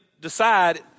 decide